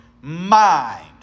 mind